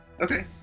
Okay